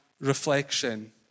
reflection